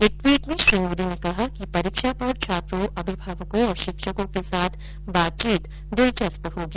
एक ट्वीट में श्री मोदी ने कहा कि परीक्षा पर छात्रों अभिभावकों और शिक्षकों के साथ बातचीत दिलचस्प होगी